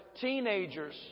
teenagers